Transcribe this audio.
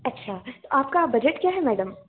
अच्छा आपका बजट क्या है मैडम